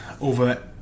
over